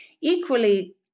equally